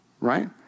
Right